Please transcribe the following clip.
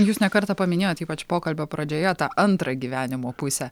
jūs ne kartą paminėjot ypač pokalbio pradžioje tą antrą gyvenimo pusę